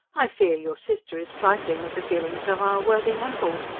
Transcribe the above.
i fear your sister is trifling with the feelings of our worthy hempel.